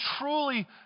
truly